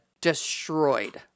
destroyed